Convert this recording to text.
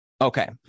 Okay